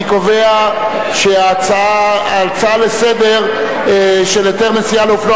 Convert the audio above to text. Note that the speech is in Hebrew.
אני קובע שההצעה לסדר-היום על היתר נסיעה לאופנוע